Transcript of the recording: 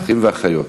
אחים ואחיות.